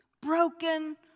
Broken